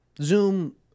zoom